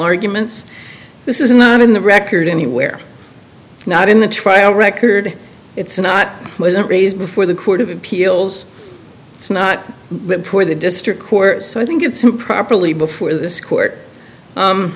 arguments this is not in the record anywhere not in the trial record it's not wasn't raised before the court of appeals it's not poor the district court so i think it's improperly before this court